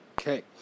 Okay